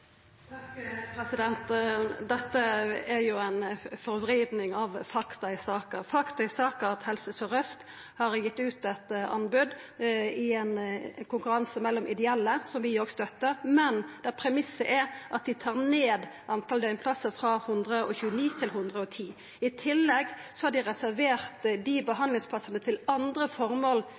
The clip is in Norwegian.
Dette er ei forvriding av fakta i saka. Fakta i saka er at Helse Sør-Aust har gitt ut eit anbod i ein konkurranse mellom ideelle, som vi òg støttar, men der premissen er at dei tar ned talet på døgnplassar frå 129 til 110. I tillegg har dei reservert dei behandlingsplassane til andre